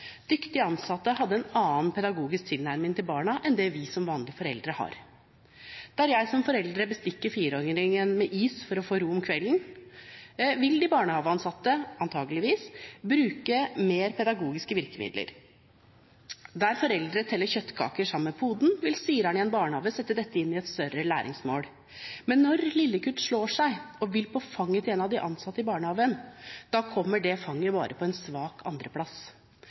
Dyktige ansatte har en annen pedagogisk tilnærming til barna enn det vi som vanlige foreldre har. Der jeg som forelder bestikker fireåringen med is for å få ro om kvelden, vil de barnehageansatte antakeligvis bruke mer pedagogiske virkemidler. Der foreldre teller kjøttkaker sammen med poden, vil styreren i en barnehage sette dette inn i et større læringsmål. Men når lillegutt slår seg og vil på fanget til en av en av de ansatte i barnehagen, kommer det fanget bare på en svak